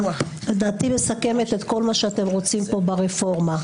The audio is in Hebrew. לדעתי מסכמת את כל מה שאתם רוצים כאן ברפורמה.